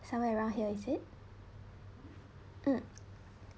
somewhere around here is it mm